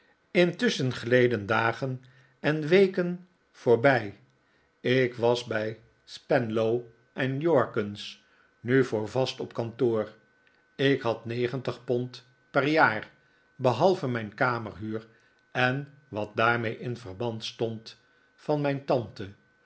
intusschen gleden dagen en weken vooreeninvitatie bij ik was bij spenlow en jorkins nu voor vast op kantoor ik had negentig pond per jaar behalve mijn kamerhuur en wat daarmee in verband stond van mijn tante